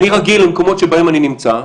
אני רגיל למקומות שבהם אני נמצא,